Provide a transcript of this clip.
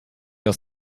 aus